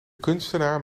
kunstenaar